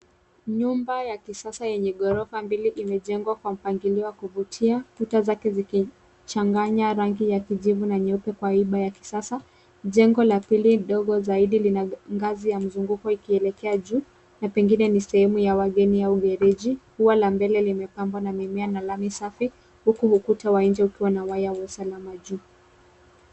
Nyumba ya kisasa yenye ghorofa mbili imejengwa kwa mpangilio wa kuvutia kuta zake zikichanganya rangi ya kijivu na nyeupe kwa hiba ya kisasa. Jengo la pili dogo zaidi lina ngazi ya kuzungukwa likielekea juu na pengine ni sehemu ya wageni au hereji. Ua la mbele limepambwa na mimea na lami safi huku ukuta wa nje ukiwa na waya ya usalama juu.